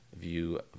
view